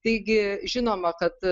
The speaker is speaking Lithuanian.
taigi žinoma kad